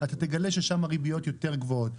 אתה תגלה ששם הריביות יותר גבוהות.